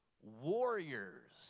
warriors